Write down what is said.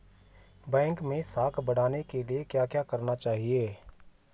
Bank मैं साख बढ़ाने के लिए क्या क्या करना चाहिए?